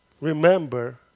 Remember